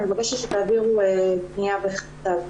אני מבקשת שתעבירו פנייה בכתב.